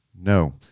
No